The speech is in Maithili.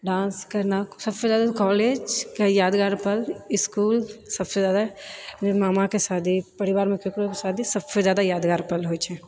डान्स करना सबसँ जादा तऽ कॉलेजके यादगार पल इसकुल सबसँ जादा फिर मामाके शादी परिवारमे केकरो शादी सबसँ जादा यादगार पल होइछै